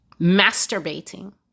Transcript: Masturbating